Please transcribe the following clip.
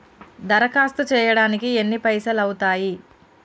దరఖాస్తు చేయడానికి ఎన్ని పైసలు అవుతయీ?